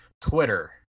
Twitter